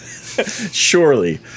Surely